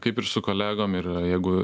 kaip ir su kolegom ir jeigu